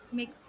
make